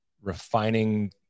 refining